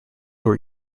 were